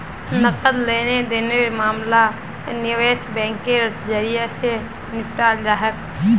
नकद लेन देनेर मामला निवेश बैंकेर जरियई, स निपटाल जा छेक